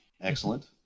Excellent